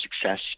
success